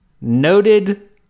noted